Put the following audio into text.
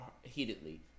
heatedly